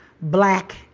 black